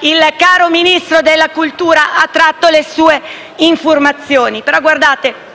il caro Ministro della cultura ha tratto le sue informazioni. Però, guardate,